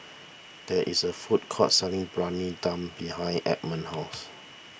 there is a food court selling Briyani Dum behind Edmond's house